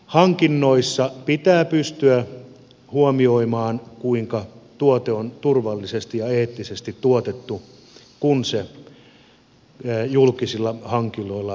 hankinnoissa pitää pystyä huomioimaan kuinka turvallisesti ja eettisesti tuote on tuotettu kun se julkisilla hankinnoilla laitoksiin huolehditaan